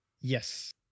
Yes